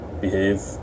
behave